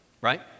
right